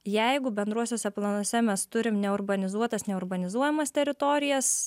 jeigu bendruosiuose planuose mes turim neurbanizuotas neurbanizuojamas teritorijas